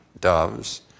doves